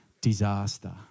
Disaster